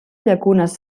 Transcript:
llacunes